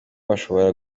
bashobora